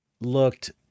looked